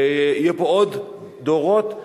כשיהיו פה עוד דורות,